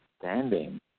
standing